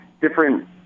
different